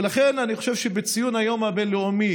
ולכן אני חושב שבציון היום הבין-לאומי